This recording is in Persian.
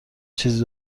چیزی